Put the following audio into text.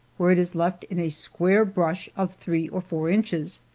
where it is left in a square brush of three or four inches.